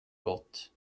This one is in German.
gott